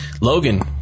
Logan